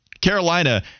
Carolina